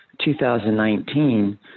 2019